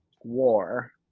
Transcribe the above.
war